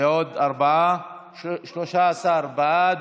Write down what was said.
13 בעד,